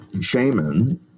shaman